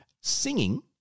Singing